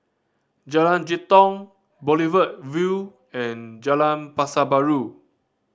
Jalan Jitong Boulevard Vue and Jalan Pasar Baru